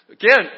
Again